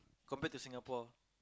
compared to Singapore